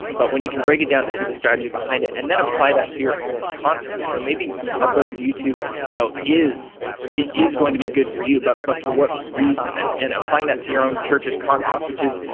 um but when you can break it down and see the strategy behind it and then apply that to your own context. you know, maybe uploading to youtube you know is going to be good for you. but but for what reason? and and applying that to your own church's context which is,